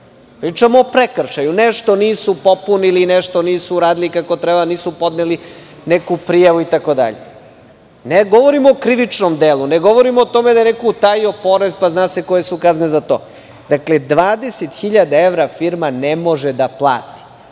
pričamo o prekršaju. Nešto nisu popunili, nešto nisu uradili kako treba, nisu podneli neku prijavu itd. Ne govorimo o krivičnom delu, ne govorimo o tome da je neko utajio porez. Zna se koje su kazne za to. Dakle, 20.000 evra firma ne može da plati.